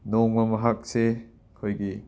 ꯅꯣꯡꯃ ꯃꯍꯥꯛꯁꯤ ꯑꯩꯈꯣꯏꯒꯤ